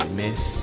miss